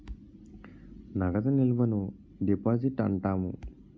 నగదు నిల్వను డిపాజిట్ అంటాము